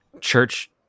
church